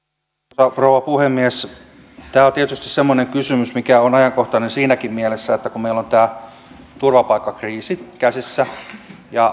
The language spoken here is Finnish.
arvoisa rouva puhemies tämä on tietysti semmoinen kysymys mikä on ajankohtainen siinäkin mielessä että kun meillä on tämä turvapaikkakriisi käsissä ja